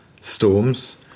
storms